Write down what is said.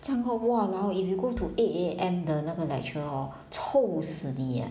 这样 hor !walao! if you go to eight A M 的那个 lecturer hor 臭死你 ah